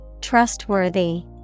Trustworthy